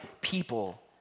people